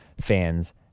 fans